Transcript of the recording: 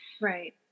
Right